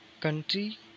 Country